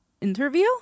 interview